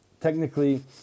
technically